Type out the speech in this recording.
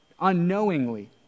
unknowingly